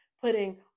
putting